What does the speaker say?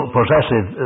possessive